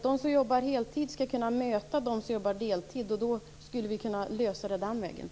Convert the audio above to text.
De som jobbar heltid skall kunna möta dem som jobbar deltid. På det sättet skulle man kunna lösa detta problem.